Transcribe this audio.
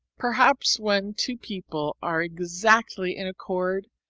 perhaps when two people are exactly in accord,